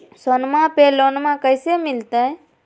सोनमा पे लोनमा कैसे मिलते?